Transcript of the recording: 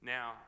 Now